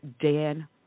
Dan